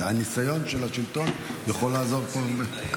הניסיון של השלטון יכול לעזור פה באמת.